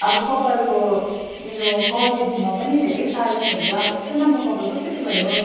अब कपालको मेरो कलेजमा पनि धेरै तारिफ हुन्छ अब यस्तो लामो कपाल कसरी भयो